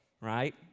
right